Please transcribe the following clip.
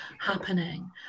happening